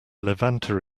levanter